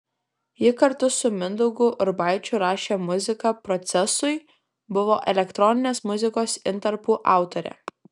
ji kartu su mindaugu urbaičiu rašė muziką procesui buvo elektroninės muzikos intarpų autorė